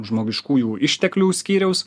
žmogiškųjų išteklių skyriaus